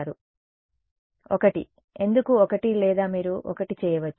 విద్యార్థి 1 1 ఎందుకు 1 లేదా మీరు 1 చేయవచ్చు